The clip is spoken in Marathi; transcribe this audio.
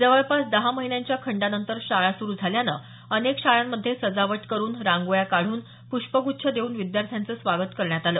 जवळपास दहा महिन्यांच्या खंडानंतर शाळा सुरू झाल्याने अनेक शाळांमध्ये सजावट करून रांगोळ्या काढून पुष्पगुच्छ देऊन विद्यार्थ्यांचं स्वागत करण्यात आलं